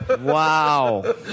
Wow